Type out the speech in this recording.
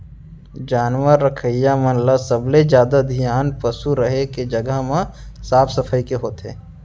जानवर रखइया मन ल सबले जादा धियान पसु रहें के जघा के साफ सफई के होथे